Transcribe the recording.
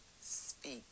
speak